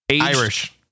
Irish